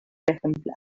ejemplar